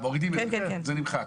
נעבור